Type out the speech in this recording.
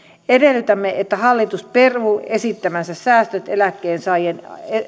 edellytämme että hallitus peruu esittämänsä säästöt eläkkeensaajien